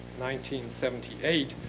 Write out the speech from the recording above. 1978